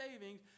savings